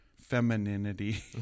femininity